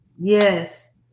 Yes